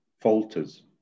falters